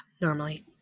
normally